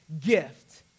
gift